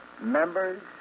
members